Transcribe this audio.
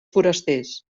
forasters